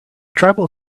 tribal